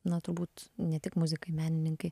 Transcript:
na turbūt ne tik muzikai menininkai